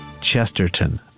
Chesterton